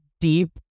deep